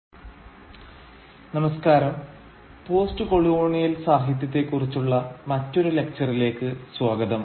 decolonisation and the discourse of nationalism the context of India post colonial സാഹിത്യത്തെക്കുറിച്ചുള്ള മറ്റൊരു ലക്ച്ചറിലേക്ക് സ്വാഗതം